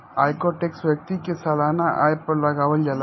आयकर टैक्स व्यक्ति के सालाना आय पर लागावल जाला